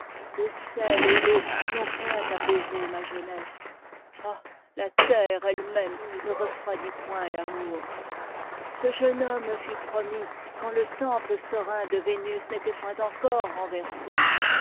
e sel et l'eau n'ont point apaisé ma jeunesse ah ja terre ehe même ne refroidit point ramour ce jeune homme me fut promis quand le tem't pte serein'de vénus n'était point encore renversé